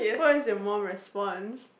what is your mum response